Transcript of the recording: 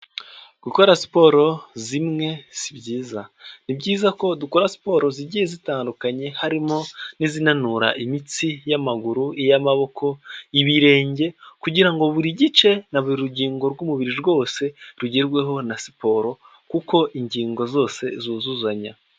Gukora siporo zimwe si byiza, ni byiza ko dukora siporo zigiye zitandukanye harimo, n' izinanura imitsi y'amaguru, y'amaboko, y'ibirenge kugira ngo buri gice na buri rugingo rw'umubiri rwose rugerweho na siporo kuko ingingo zose zuzuzanya.